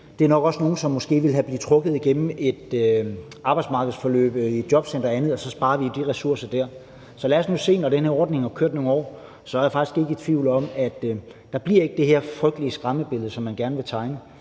de her også er nogle, som måske ville være blevet trukket igennem et arbejdsmarkedsforløb i et jobcenter og andet – og så sparer vi de ressourcer der. Så lad os nu se på det, når den her ordning har kørt nogle år. Så er jeg faktisk ikke i tvivl om, at der ikke bliver det her frygtelige skræmmebillede, som man gerne vil tegne.